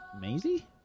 Maisie